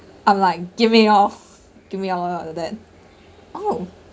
I'm like give me all give me all all of that all